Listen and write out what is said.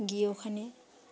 গিয়ে ওখানে